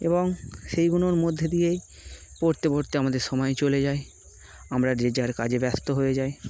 এবং সেইগুলোর মধ্যে দিয়েই পড়তে পড়তে আমাদের সময় চলে যায় আমরা যে যার কাজে ব্যস্ত হয়ে যাই